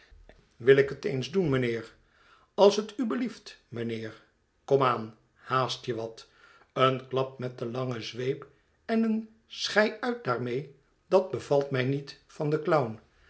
wil ik het eens doen mijnheer als het u belieft mijnheerl kom aan haast je wat eenklap met de lange zweep en een schei uit daarmee dat bevalt mij niet van den clown